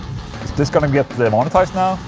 this gonna get demonetized now?